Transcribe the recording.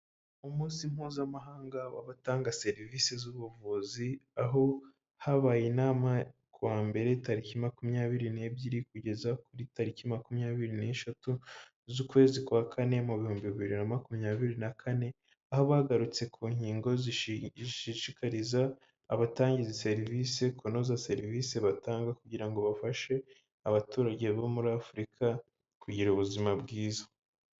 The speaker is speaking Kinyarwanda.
Umunsi mpuzamahanga w'abatanga serivisi z'ubuvuzi aho habaye inama kuwa mbere tariki makumyabiri n'ebyiri kugeza kuri tariki makumyabiri n'eshatu z'ukwezi kwa kane mu bihumbi bibiri na makumyabiri na kane, aho bagarutse ku nkingo zishishikariza abatanga izi serivise kunoza serivise batanga kugira ngo bafashe abaturage bo muri Afurika kugira ubuzima bwiza.